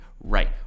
right